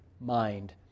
mind